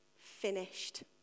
finished